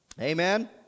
Amen